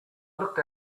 looked